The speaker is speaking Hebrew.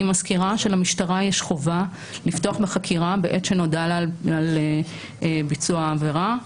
אני מזכירה שלמשטרה יש חובה לפתוח בחקירה בעת שנודע לה על ביצוע העבירה,